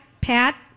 Pat